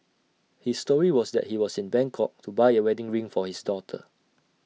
his story was that he was in Bangkok to buy A wedding ring for his daughter